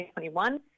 2021